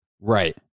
Right